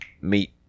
meet